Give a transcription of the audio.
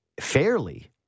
fairly